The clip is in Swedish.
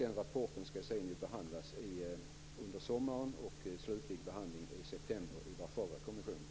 Den rapporten skall behandlas under sommaren. Den slutliga behandlingen sker i september i Warszawakommissionen.